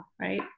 right